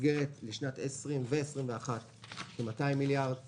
המסגרת לשנים 20 21 היא 200 מיליארד שקל.